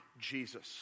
Jesus